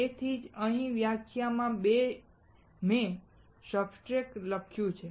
તેથી જ અહીં વ્યાખ્યામાં મેં સબસ્ટ્રેટ સિલિકોન લખ્યું છે